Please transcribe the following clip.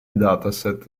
dataset